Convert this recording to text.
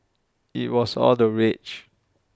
IT was all the rage